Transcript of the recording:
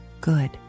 good